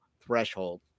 threshold